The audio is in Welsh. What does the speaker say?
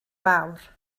fawr